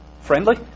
Friendly